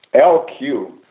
LQ